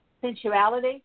sensuality